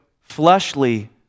fleshly